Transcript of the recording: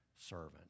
servant